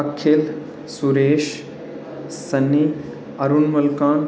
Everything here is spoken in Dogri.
अखिल सुरेश सन्नी अरुण मलकान